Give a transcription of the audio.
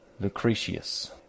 Lucretius